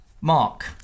Mark